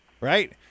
right